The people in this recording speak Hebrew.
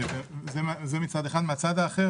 מן הצד האחר,